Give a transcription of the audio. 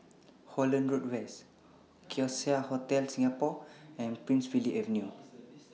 Holland Road West Oasia Hotel Singapore and Prince Philip Avenue